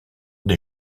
des